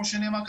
כמו שנאמר כאן,